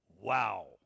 Wow